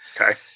Okay